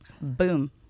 Boom